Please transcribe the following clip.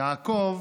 יעקב